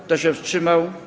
Kto się wstrzymał?